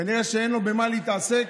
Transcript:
כנראה שאין לו במה להתעסק.